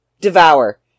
Devour